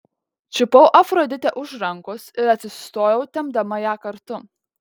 čiupau afroditę už rankos ir atsistojau tempdama ją kartu